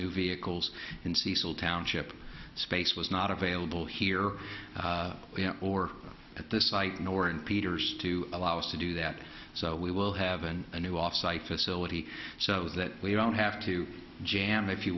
new vehicles in cecil township space was not available here or at the site nor in peter's to allow us to do that so we will have and a new offsite facility so that we don't have to jam if you